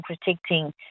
protecting